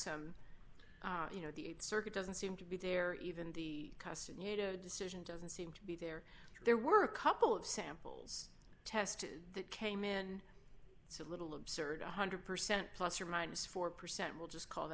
some you know the circuit doesn't seem to be there even the cost and you know decision doesn't seem to be there there were a couple of samples tested that came in it's a little absurd one hundred percent plus or minus four percent we'll just call